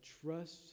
trust